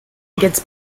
gets